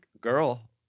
girl